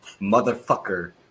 Motherfucker